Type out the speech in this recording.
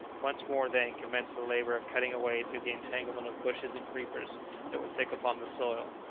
once more, then, commenced the labour of cutting a way through the entanglement of bushes and creepers that were thick upon the soil.